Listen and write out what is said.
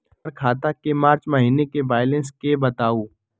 हमर खाता के मार्च महीने के बैलेंस के बताऊ?